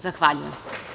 Zahvaljujem.